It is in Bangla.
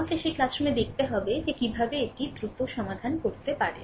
আমাকে সেই ক্লাসরুমে দেখতে হবে যে কীভাবে এটি দ্রুত সমাধান করতে পারে